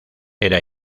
era